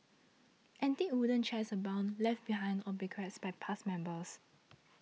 antique wooden chairs abound left behind or bequeathed by past members